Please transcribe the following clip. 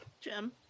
Jim